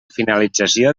finalització